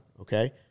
okay